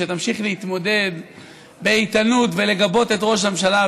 שתמשיך להתמודד באיתנות ולגבות את ראש הממשלה,